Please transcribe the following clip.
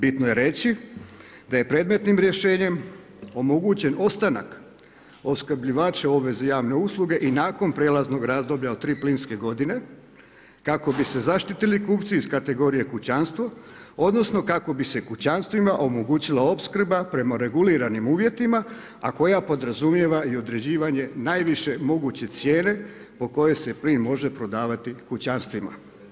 Bitno je reći da je predmetnim rješenjem omogućen ostanak opskrbljivača u obvezi javne usluge i nakon prijelaznog razdoblja od tri plinske godine kako bi se zaštitili kupci iz kategorije kućanstvo odnosno kako bi se kućanstvima omogućila opskrba prema reguliranim uvjetima, a koja podrazumijeva i određivanje najviše moguće cijene po kojoj se plin može prodavati kućanstvima.